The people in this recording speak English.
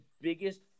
biggest